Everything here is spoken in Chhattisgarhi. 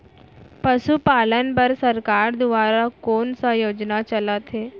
पशुपालन बर सरकार दुवारा कोन स योजना चलत हे?